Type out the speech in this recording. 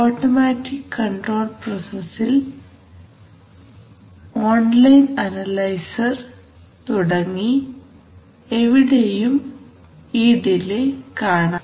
automatic control പ്രൊസസ്സിൽ online അനലൈസർസിൽ തുടങ്ങി എവിടെയും ഈ ഡിലെ കാണാം